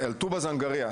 בנוגע לטובא זנגריה,